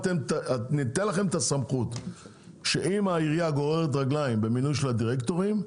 ניתן לכם את הסמכות שאם העירייה גוררת רגליים במינוי של הדירקטורים,